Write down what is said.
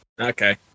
Okay